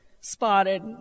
spotted